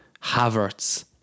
Havertz